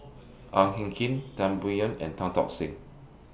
Ang Hin Kee Tan Biyun and Tan Tock Seng